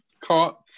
Caught